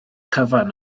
cyfan